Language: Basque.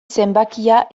zenbakia